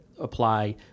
apply